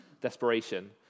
desperation